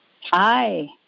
Hi